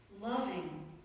loving